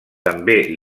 també